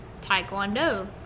Taekwondo